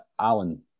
Alan